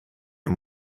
and